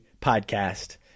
podcast